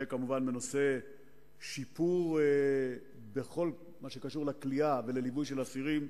וכמובן, שיפור כל מה שקשור לכליאה ולליווי אסירים,